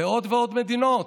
בעוד ועוד מדינות.